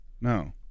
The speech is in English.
No